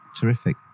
terrific